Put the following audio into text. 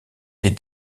les